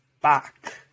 back